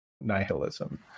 nihilism